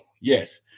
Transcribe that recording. Yes